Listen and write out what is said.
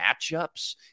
matchups